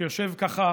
שיושב ככה